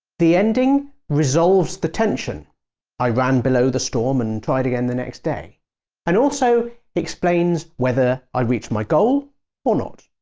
the ending resolves the tension i ran below the storm and tried again the next day and also explains whether i reached my goal or not.